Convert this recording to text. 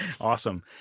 awesome